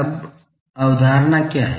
अब अवधारणा क्या है